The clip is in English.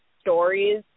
stories